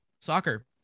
soccer